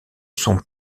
sont